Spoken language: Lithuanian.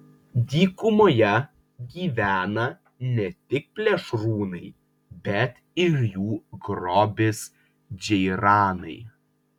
dykumoje gyvena ne tik plėšrūnai bet ir jų grobis džeiranai